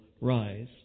rise